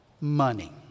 money